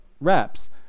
reps